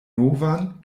novan